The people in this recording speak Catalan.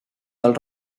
del